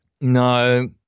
No